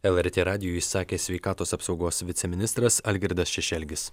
lrt radijui sakė sveikatos apsaugos viceministras algirdas šešelgis